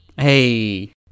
Hey